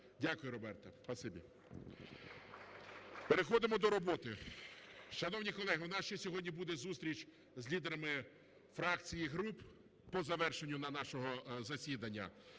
Дякую, Роберта, спасибі. Переходимо до роботи. Шановні колеги, у нас ще сьогодні буде зустріч з лідерами фракцій і груп по завершенню нашого засідання,